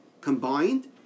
combined